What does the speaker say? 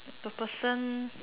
the person